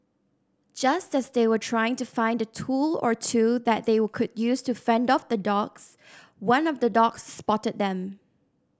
just as they were trying to find a tool or two that they could use to fend off the dogs one of the dogs spotted them